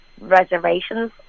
reservations